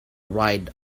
ride